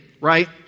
right